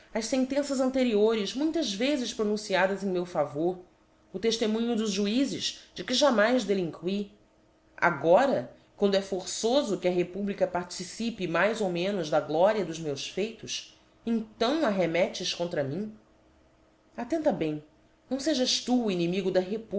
as fentenças anteriores muitas vezes pronunciadas em meu favor o teftemunho dos juizes de que jamais delinqui agora quando é forçofo que a republica participe mais ou menos da gloria dos meus feitos então arremettes contra mim attenta bem não fejas tu o inimigo da